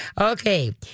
Okay